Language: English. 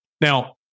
Now